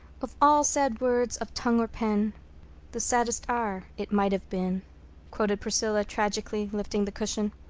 of all sad words of tongue or pen the saddest are it might have been quoted priscilla tragically, lifting the cushion.